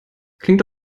klingt